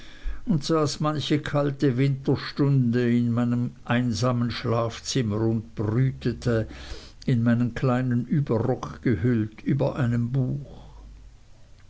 und saß manche kalte winterstunde in meinem einsamen schlafzimmer und brütete in meinen kleinen überrock gehüllt über einem buch